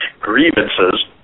Grievances